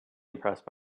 impressed